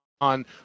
on